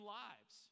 lives